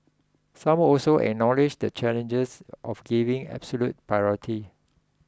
some also acknowledged the challenges of giving absolute priority